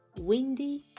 windy